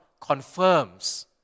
confirms